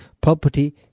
property